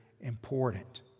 important